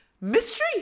mystery